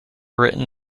written